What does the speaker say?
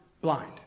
blind